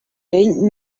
vell